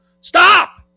stop